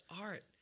art